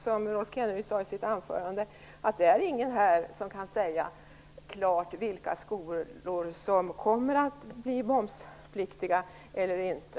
Som Rolf Kenneryd sade i sitt huvudanförande kan ingen i denna kammare klart ange vilka skolor som kommer att bli momspliktiga eller inte.